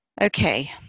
Okay